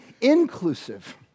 inclusive